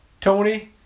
Tony